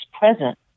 present